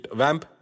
vamp